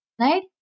Right